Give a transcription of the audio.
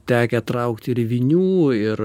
tekę traukt ir vinių ir